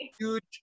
huge